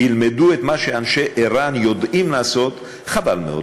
ילמדו את מה שאנשי ער"ן יודעים לעשות, חבל מאוד.